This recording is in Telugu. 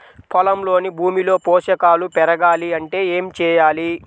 పొలంలోని భూమిలో పోషకాలు పెరగాలి అంటే ఏం చేయాలి?